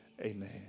amen